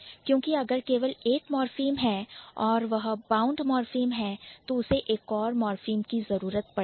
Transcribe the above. क्योंकि अगर केवल एक मॉर्फीम है और वह बाउंड मॉर्फीम है तो उसे एक और मॉर्फीम की जरूरत पड़ेगी